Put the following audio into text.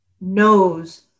knows